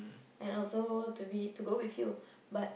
and also to be to go with you but